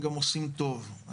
הם גם עושים טוב.